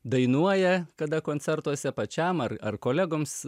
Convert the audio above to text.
dainuoja kada koncertuose pačiam ar ar kolegoms